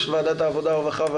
יש ועדת העבודה,